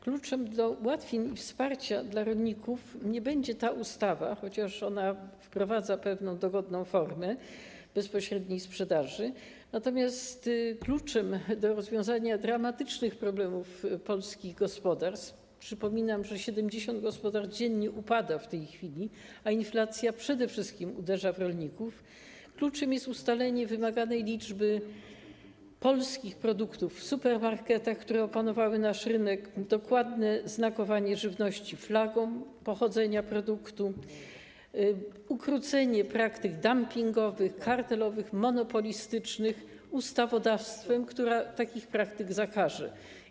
Kluczem do ułatwień i wsparcia dla rolników nie będzie ta ustawa, chociaż ona wprowadza pewną dogodną formę bezpośredniej sprzedaży, natomiast kluczem do rozwiązania dramatycznych problemów polskich gospodarstw - przypominam, że 70 gospodarstw dziennie upada w tej chwili, a inflacja uderza przede wszystkim w rolników - jest ustalenie wymaganej liczby polskich produktów w supermarketach, które opanowały nasz rynek, dokładne znakowanie żywności flagą pochodzenia produktu, ukrócenie praktyk dumpingowych, kartelowych, monopolistycznych ustawodawstwem, które takich praktyk zakaże.